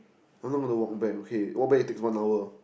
I'm not gonna walk back okay walk back it takes one hour